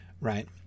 Right